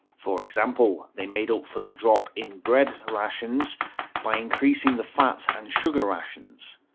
for example, they made up for the drop in bread rations by increasing the fat and sugar rations.